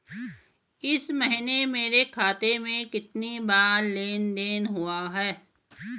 इस महीने मेरे खाते में कितनी बार लेन लेन देन हुआ है?